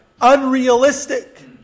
Unrealistic